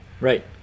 Right